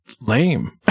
lame